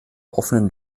offene